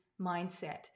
mindset